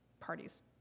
parties